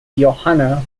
johanna